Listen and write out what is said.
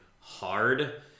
hard